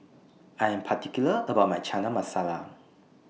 I Am particular about My Chana Masala